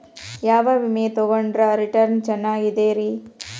ಯಾವ ವಿಮೆ ತೊಗೊಂಡ್ರ ರಿಟರ್ನ್ ಚೆನ್ನಾಗಿದೆರಿ?